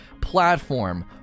platform